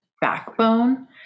backbone